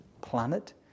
planet